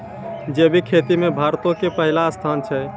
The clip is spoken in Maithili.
जैविक खेती मे भारतो के पहिला स्थान छै